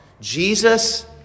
Jesus